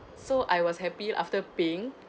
so I was happy after paying